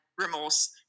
remorse